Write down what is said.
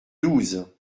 douze